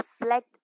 reflect